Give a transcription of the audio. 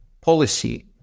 policy